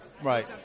Right